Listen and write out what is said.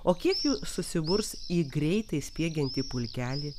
o kiek jų susiburs į greitai spiegiantį pulkelį